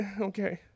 Okay